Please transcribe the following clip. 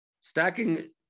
stacking